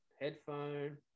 headphone